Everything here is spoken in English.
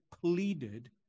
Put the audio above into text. pleaded